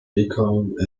became